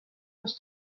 los